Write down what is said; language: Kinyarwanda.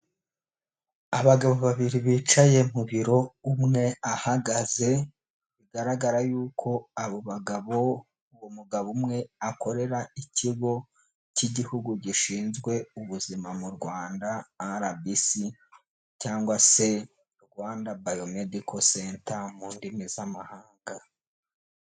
Abagabo babiri bicaye mu biro umwe ahagaze. Bigaragara y'uko abo bagabo, umugabo umwe akorera ikigo cy'igihugu gishinzwe ubuzima mu Rwanda arabisi cyangwa se Rwanda bayomedico centa mu ndimi z'amahanga.